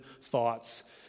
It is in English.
thoughts